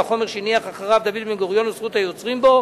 החומר שהניח אחריו דוד בן-גוריון וזכות היוצרים בו